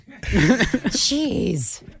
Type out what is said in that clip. Jeez